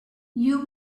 you